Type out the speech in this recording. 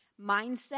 mindset